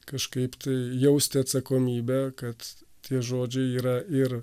kažkaip tai jausti atsakomybę kad tie žodžiai yra ir